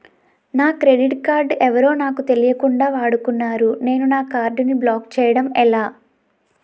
నా credit card ఎవరో నాకు తెలియకుండా వాడుకున్నారు నేను నా కార్డ్ ని బ్లాక్ చేయడం ఎలా?